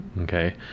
okay